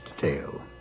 tale